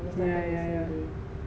yeah yeah yeah